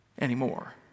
anymore